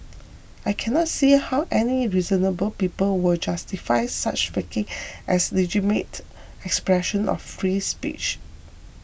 I cannot see how any reasonable people will justify such faking as legitimate expression of free speech